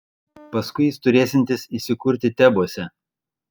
paskui jis turėsiantis įsikurti tebuose